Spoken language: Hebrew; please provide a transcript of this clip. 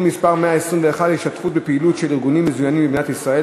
מס' 121) (השתתפות בפעילות של ארגונים מזוינים במדינות חוץ),